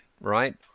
right